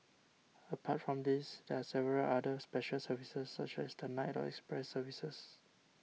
apart from these there are several other special services such as the night or express services